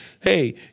hey